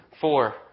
four